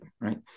right